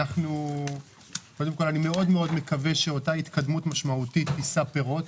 אני מאוד מקווה שההתקדמות המשמעותית תישא פירות,